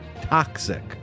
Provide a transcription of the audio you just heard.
toxic